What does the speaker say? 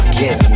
get